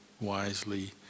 wisely